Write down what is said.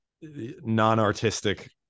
non-artistic